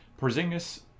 Porzingis